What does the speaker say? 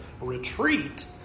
retreat